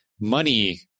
money